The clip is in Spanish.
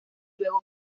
luego